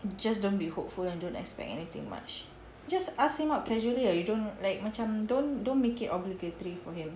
just don't be hopeful and don't expect anything much just ask him out casually ah you don't like macam don't don't make it obligatory for him